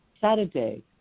Saturday